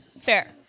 Fair